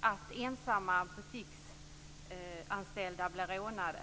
att ensamma butiksanställda blir rånade.